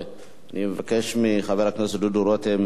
אני מבקש מחבר הכנסת דודו רותם